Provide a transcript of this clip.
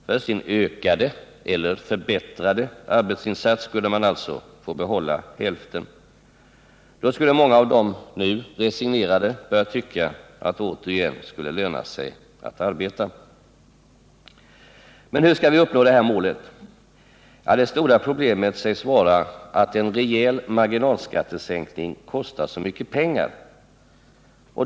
För sin ökade eller förbättrade arbetsinsats skulle man alltså få behålla hälften. Då skulle många av de nu resignerade börja tycka att det återigen skulle löna sig att arbeta. Men hur skall vi uppnå det målet? Det stora problemet sägs vara att en rejäl marginalskattesänkning kostar så mycket pengar.